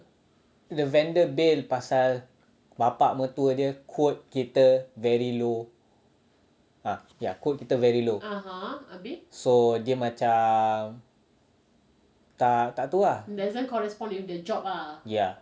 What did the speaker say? the vendor bail pasal bapa mertua dia quote kita very low ah ya quote kita very low so dia macam tak tak tu ah ya